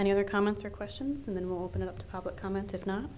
any other comments or questions and then we'll open it up to public comment if not